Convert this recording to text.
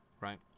right